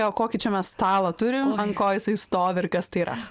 kokį čia mes stalą turim ko jisai stovi ir kas tai yra